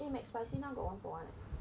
eh mcspicy now got one for one